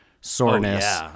soreness